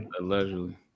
Allegedly